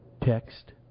text